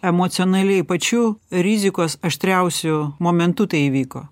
emocionaliai pačiu rizikos aštriausiu momentu tai įvyko